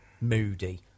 moody